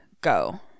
go